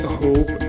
hope